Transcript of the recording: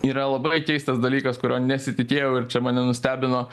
yra labai keistas dalykas kurio nesitikėjau ir čia mane nustebino